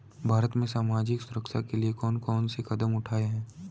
भारत में सामाजिक सुरक्षा के लिए कौन कौन से कदम उठाये हैं?